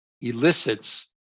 elicits